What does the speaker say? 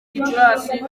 gicurasi